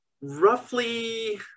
roughly